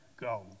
go